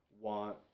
want